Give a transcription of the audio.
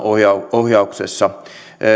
ohjauksessa